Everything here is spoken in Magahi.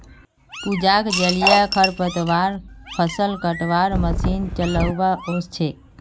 पूजाक जलीय खरपतवार फ़सल कटवार मशीन चलव्वा ओस छेक